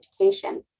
education